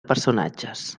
personatges